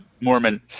Mormon